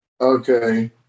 Okay